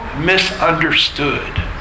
misunderstood